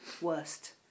worst